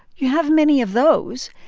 you have many of those.